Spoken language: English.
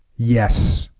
yes